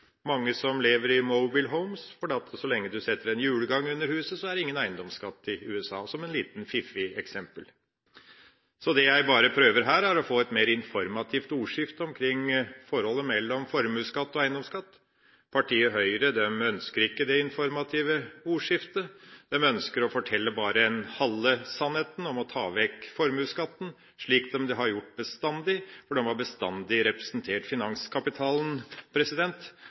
mange som lever i «mobile homes», for så lenge du setter en hjulgang under huset, er det ingen eiendomsskatt i USA – som et lite, fiffig eksempel. Det jeg prøver her, er å få et mer informativt ordskifte omkring forholdet mellom formuesskatt og eiendomsskatt. Partiet Høyre ønsker ikke det informative ordskiftet. De ønsker bare å fortelle halve sannheten, om å ta vekk formuesskatten, slik de har gjort bestandig, for de har bestandig representert finanskapitalen.